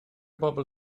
bobl